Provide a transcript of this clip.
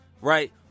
Right